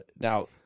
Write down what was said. Now